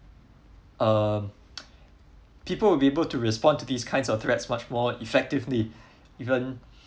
uh people would be able to respond to these kinds of threats much more effectively even